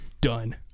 done